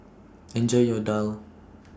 Enjoy your Daal